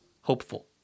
hopeful